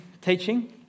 teaching